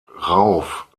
rauf